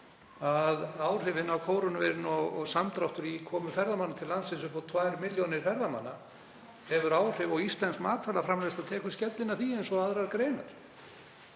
að áhrif kórónuveirunnar og samdráttur í komu ferðamanna til landsins upp á tvær milljónir ferðamanna hefur áhrif. Íslensk matvælaframleiðsla tekur skellinn af því eins og aðrar greinar.